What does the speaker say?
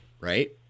right